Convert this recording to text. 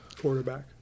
Quarterback